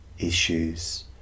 issues